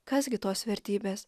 kas gi tos vertybės